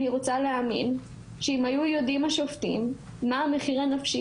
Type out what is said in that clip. אני רוצה להאמין שאם היו יודעים השופטים מה המחיר הנפשי